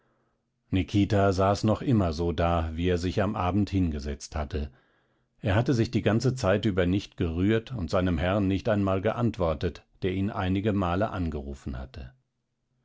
nikita saß noch immer so da wie er sich am abend hingesetzt hatte er hatte sich die ganze zeit über nicht gerührt und seinem herrn nicht einmal geantwortet der ihn einige male angerufen hatte